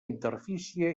interfície